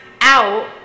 out